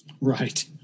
Right